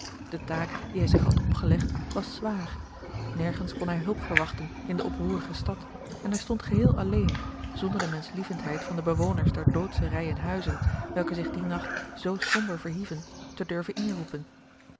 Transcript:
de taak die hij zich had opgelegd was zwaar nergens kon hij hulp verwachten in de oproerige stad en hij stond geheel alleen zonder de menschlievendheid van de bewoners der doodsche rijen huizen welke zich dien nacht zoo somber verhieven te durven inroepen